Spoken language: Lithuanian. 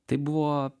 tai buvo